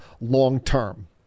long-term